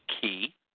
key